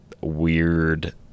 weird